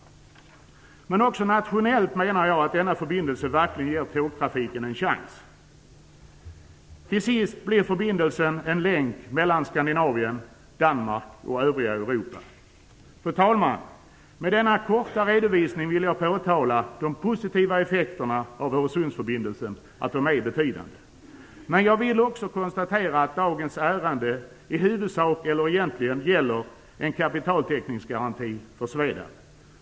Men också nationellt menar jag att denna förbindelse verkligen ger tågtrafiken en chans. Till sist villl jag säga att förbindelsen blir en länk mellan Skandinavien, Danmark och övriga Europa. Fru talman! Med denna korta redovisning vill jag påpeka att de positiva effekterna av Öresundsförbindelsen är betydande. Jag vill också konstatera att dagens ärende egentligen gäller en kapitaltäckningsgaranti för Svedab.